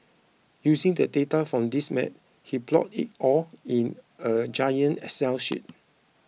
using the data from these map he plotted it all in a giant excel sheet